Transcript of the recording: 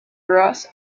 ross